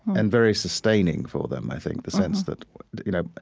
and very sustaining for them, i think. the sense that you know,